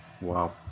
Wow